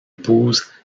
épouse